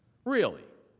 really.